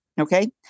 Okay